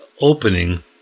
opening